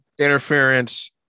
interference